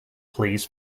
pleas